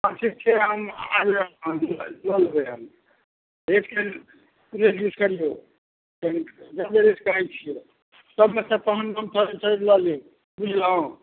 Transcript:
आम ठीक छै आम मालदह आम लऽ लेबै हम रेट कनि रेट किछु करिऔ तहन ज्यादे रेट कहै छिए सबमेसँ तहन हम थोड़ेक थोड़ेक लऽ लेब बुझलहुँ